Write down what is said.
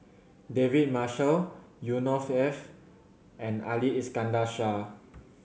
David Marshall Yusnor Ef and Ali Iskandar Shah